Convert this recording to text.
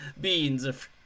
beans